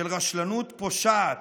של רשלנות פושעת,